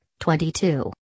22